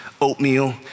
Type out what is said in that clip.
oatmeal